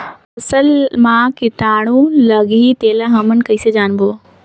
फसल मा कीटाणु लगही तेला हमन कइसे जानबो?